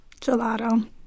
Gelato